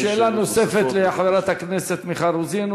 אם יש שאלות נוספות --- שאלה נוספת לחברת הכנסת מיכל רוזין,